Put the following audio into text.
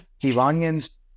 Iranians